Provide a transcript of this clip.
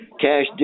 cash